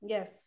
Yes